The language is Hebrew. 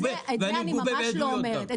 אדוני, את זה אני ממש לא אומרת.